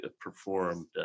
performed